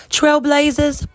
Trailblazers